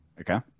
Okay